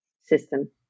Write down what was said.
system